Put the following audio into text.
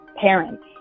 parents